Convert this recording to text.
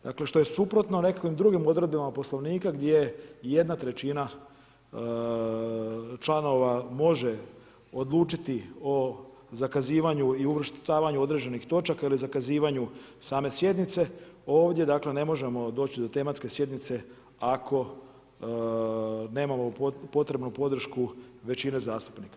Dakle što je suprotno nekim drugim odredbama Poslovnika, gdje 1/3 članova može odlučiti o zakazivanju i uvrštavanju određenih točaka ili zakazivanju same sjednice, ovdje dakle ne možemo doći do tematske sjednice ako nemamo potrebnu podršku većine zastupnika.